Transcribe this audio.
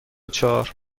چهار